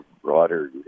broader